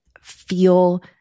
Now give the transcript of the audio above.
feel